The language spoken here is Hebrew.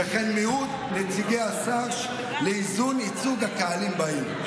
וכן מיעוט נציגי השר לאיזון ייצוג הקהלים בעיר.